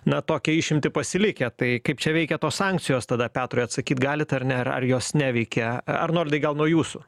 na tokią išimtį pasilikę tai kaip čia veikia tos sankcijos tada petrui atsakyt galit ar ne ar ar jos neveikia arnoldai gal nuo jūsų